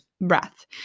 breath